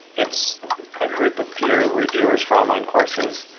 it's a group of peer reviewers for online courses,